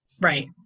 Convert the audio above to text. Right